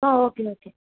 ಹಾಂ okay okay